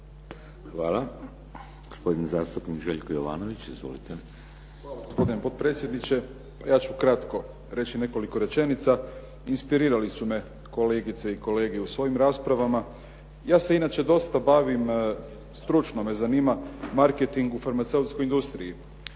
Hvala. Gospodin zastupnik Željko Jovanović. Izvolite. **Jovanović, Željko (SDP)** Hvala, gospodine potpredsjedniče. Ja ću kratko reći nekoliko rečenica. Inspirirali su me kolegice i kolege u svojim raspravama. Ja se inače dosta bavim, stručno me zanima marketing u farmaceutskoj industriji.